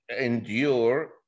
endure